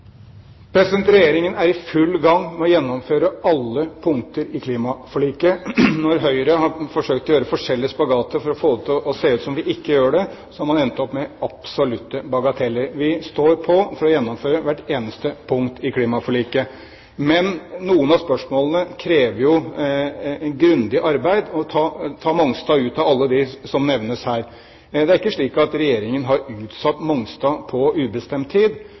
klimaforliket. Når Høyre har forsøkt å gjøre forskjellige former for spagat for å få det til å se ut som om vi ikke gjør det, har man endt opp med absolutte bagateller. Vi står på for å gjennomføre hvert eneste punkt i klimaforliket, men noen av spørsmålene krever grundig arbeid. La meg, av alt det som nevnes her, ta Mongstad. Det er ikke slik at Regjeringen har utsatt Mongstad på ubestemt tid,